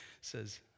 says